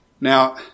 Now